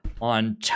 on